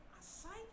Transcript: aside